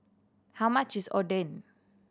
how much is Oden